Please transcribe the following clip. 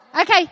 Okay